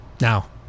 Now